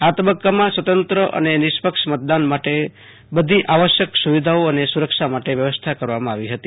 આ તબકકામાં સ્વતંત્ર અને નિષ્પક્ષ મતદાન માટ બધી આવશ્યક સુવિધાઓ અને સુરક્ષા માટે વ્યવસ્થા કરવામાં આવી હતી